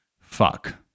fuck